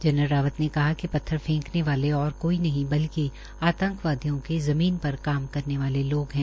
general Rawat ने कहा है कि पत्थर फैंकने वाले और कोई नहीं बल्कि आंतकवादियों के ज़मीन पर काम करने वाले लोग है